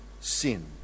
sin